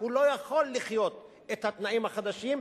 הוא לא יכול לחיות את התנאים החדשים,